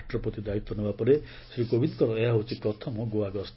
ରାଷ୍ଟ୍ରପତି ଦାୟିତ୍ୱ ନେବା ପରେ ଶ୍ରୀ କୋବିନ୍ଦ୍ଙ୍କର ଏହା ହେଉଛି ପ୍ରଥମ ଗୋଆ ଗସ୍ତ